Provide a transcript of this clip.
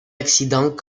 accident